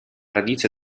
radice